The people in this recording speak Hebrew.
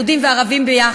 יהודים וערבים יחד.